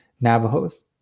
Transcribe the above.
Navajos